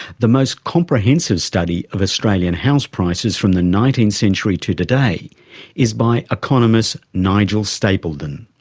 the most comprehensive study of australian house prices from the nineteenth century to today is by economist nigel stapledon.